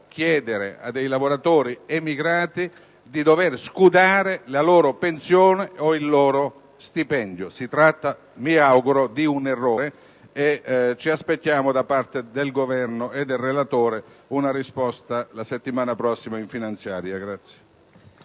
chiedere a dei lavoratori emigrati di dover scudare la loro pensione o il loro stipendio. Si tratta, mi auguro, di un errore. Ripeto, ci aspettiamo da parte del Governo e del relatore una risposta la prossima settimana in finanziaria.